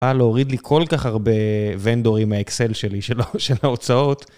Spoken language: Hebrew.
בא להוריד לי כל כך הרבה ונדורים מהאקסל שלי של ההוצאות.